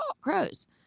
crows